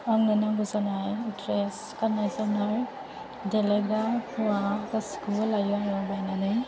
आंनो नांगौ जानाय द्रेस गाननाय जोमनाय देलाइग्रा मुवा गासिखौबो लायो आङो बायनानै